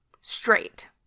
straight